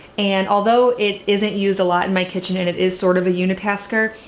and although it isn't used a lot in my kitchen and it is sort of a yeah uni-tasker,